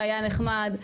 והיה נחמד.